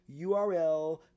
URL